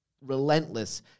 relentless